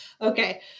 Okay